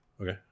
Okay